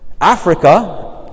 Africa